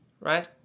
right